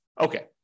okay